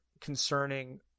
concerning